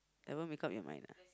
never make up your mind ah